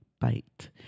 bite